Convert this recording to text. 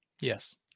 Yes